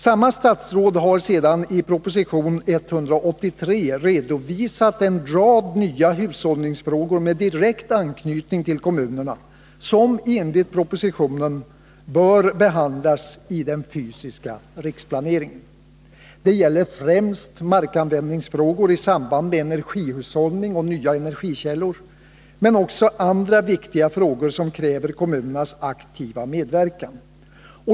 Samma statsråd har sedan i proposition 183 redovisat en rad nya hushållningsfrågor med direkt anknytning till kommunerna som enligt propositionen bör behandlas i den fysiska riksplaneringen. Det gäller främst markanvändningsfrågor i samband med energihushållning och nya energikällor men också andra viktiga frågor som kräver kommunernas aktiva medverkan.